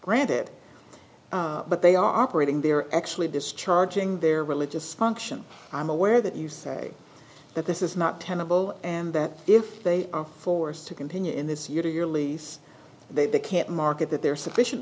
granted but they are operating they're actually discharging their religious function i'm aware that you say that this is not tenable and that if they are forced to continue in this year to year lease they they can't market that there are sufficient